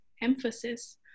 emphasis